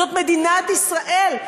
זאת מדינת ישראל.